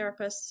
therapists